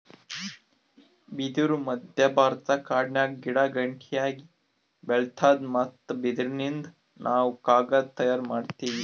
ಬಿದಿರ್ ಮಧ್ಯಭಾರತದ ಕಾಡಿನ್ಯಾಗ ಗಿಡಗಂಟಿಯಾಗಿ ಬೆಳಿತಾದ್ ಮತ್ತ್ ಬಿದಿರಿನಿಂದ್ ನಾವ್ ಕಾಗದ್ ತಯಾರ್ ಮಾಡತೀವಿ